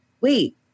wait